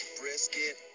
brisket